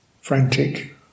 frantic